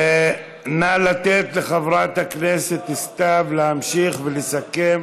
נא לתת לחברת הכנסת סתיו להמשיך ולסכם.